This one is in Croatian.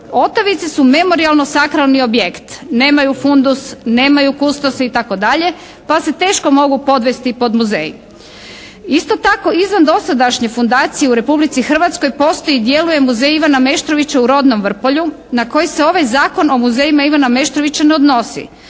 razumije./… memorijalno sakralni objekt, nemaju fundus, nemaju …/Govornik se ne razumije./…. Pa se teško mogu podvesti pod muzej. Isto tako izvan dosadašnje fundacije u Republici Hrvatskoj postoji i djeluje muzej Ivana Meštrovića u rodnom Vrpolju na koji se ovaj Zakon o muzejima Ivana Meštrovića ne odnosi,